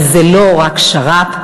אבל זה לא רק שר"פ.